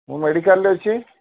ମୁଁ ମେଡ଼ିକାଲରେ ଅଛି